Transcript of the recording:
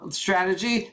strategy